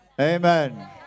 Amen